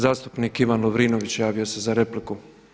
Zastupnik Ivan Lovrinović, javio se za repliku.